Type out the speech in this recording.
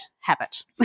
habit